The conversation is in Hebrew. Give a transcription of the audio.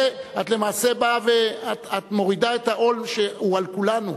את למעשה מורידה את העול שהוא על כולנו.